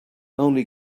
only